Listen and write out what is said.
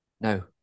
No